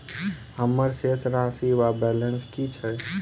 हम्मर शेष राशि वा बैलेंस की अछि?